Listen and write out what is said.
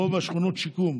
רוב שכונות השיקום